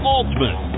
Altman